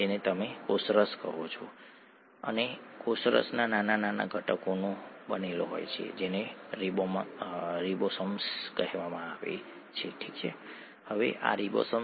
તો આ બધી વસ્તુઓ કરવા અને જીવનને જાળવવા માટે કોષને જરૂરી ઉર્જા કેવી રીતે મળે છે